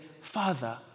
father